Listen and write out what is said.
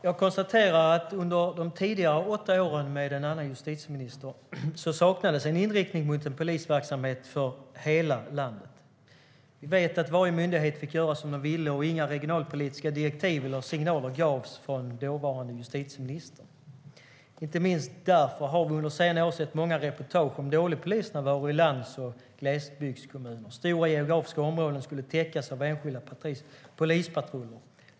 Fru talman! Under de gångna åtta åren med en annan justitieminister saknades en inriktning mot en polisverksamhet för hela landet. Vi vet att varje myndighet fick göra som man ville, och inga regionalpolitiska direktiv eller signaler gavs från den dåvarande justitieministern. Inte minst därför har vi under senare år sett många reportage om dålig polisnärvaro i lands och glesbygdskommuner. Stora geografiska områden skulle täckas av enskilda polispatruller.